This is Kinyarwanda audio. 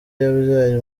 yabyaye